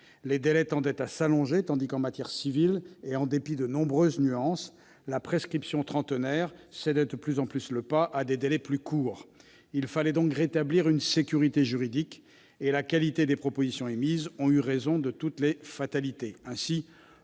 les délais tendaient à s'allonger tandis qu'en matière civile, et en dépit de nombreuses nuances, la prescription trentenaire cédait de plus en plus le pas à des délais plus courts. Il fallait donc rétablir une sécurité juridique et la qualité des propositions émises a eu raison de toutes les fatalités.